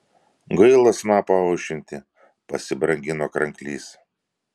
gaila snapą aušinti pasibrangino kranklys